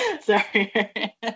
Sorry